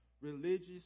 religious